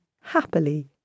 happily